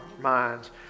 minds